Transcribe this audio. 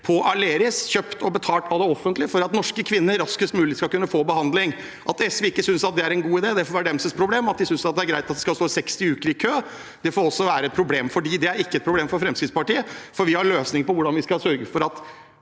på Aleris, kjøpt og betalt av det offentlige, for at norske kvinner raskest mulig skal kunne få behandling. At SV ikke synes det er en god idé, får være deres problem. At de synes det er greit at man skal stå 60 uker i kø, får også være et problem for dem. Det er ikke et problem for Fremskrittspartiet, for vi har løsninger på hvordan vi skal sørge for at